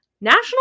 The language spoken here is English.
National